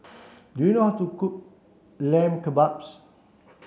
do you know how to cook Lamb Kebabs